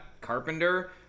Carpenter